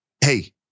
Hey